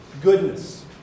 goodness